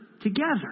together